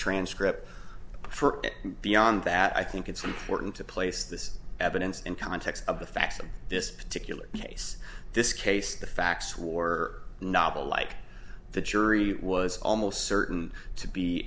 transcript for and beyond that i think it's important to place this evidence in context of the facts of this particular case this case the facts war novel like the jury was almost certain to be